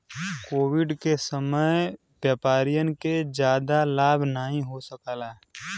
Covid के समय में व्यापारियन के जादा लाभ नाहीं हो सकाल